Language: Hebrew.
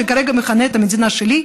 שכרגע מכנה את המדינה שלי,